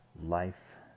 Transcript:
life